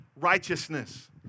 righteousness